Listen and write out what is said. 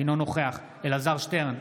אינו נוכח אלעזר שטרן,